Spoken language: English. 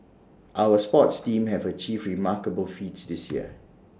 our sports teams have achieved remarkable feats this year